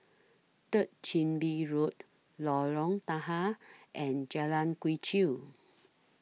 Third Chin Bee Road Lorong Tahar and Jalan Quee Chew